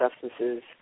substances